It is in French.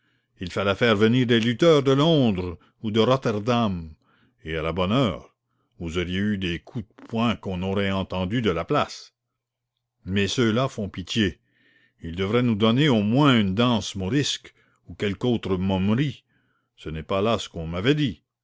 il fallait faire venir des lutteurs de londres ou de rotterdam et à la bonne heure vous auriez eu des coups de poing qu'on aurait entendus de la place mais ceux-là font pitié ils devraient nous donner au moins une danse morisque ou quelque autre momerie ce n'est pas là ce qu'on m'avait dit